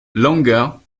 longer